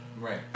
Right